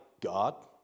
God